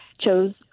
chose